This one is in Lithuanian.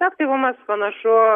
aktyvumas panašu